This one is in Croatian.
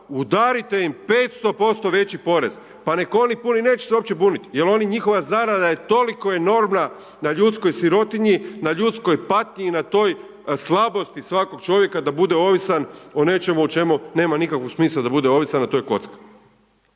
udarite im 500% veći porez pa nek' one pune, neće se uopće bunit jer njihova zarada je toliko enormna na ljudskoj sirotinji, na ljudskoj patnji i na toj slabosti svakog čovjeka da bude ovisan o nečemu o čemu nikakvog smisla da bude ovisan a to je kocka.